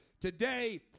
Today